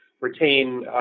retain